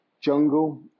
jungle